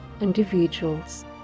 individuals